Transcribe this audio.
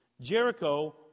Jericho